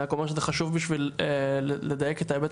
אני רק אומר שזה חשוב בשביל לדייק את ההיבט